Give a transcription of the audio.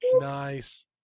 Nice